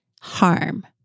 harm